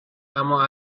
اما